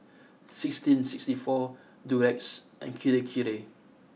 sixteen sixty four Durex and Kirei Kirei